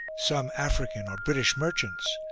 some african or british merchants,